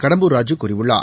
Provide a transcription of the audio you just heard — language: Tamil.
கடம்பூர் ராஜூ கூறியுள்ளார்